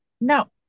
No